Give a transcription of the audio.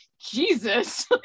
Jesus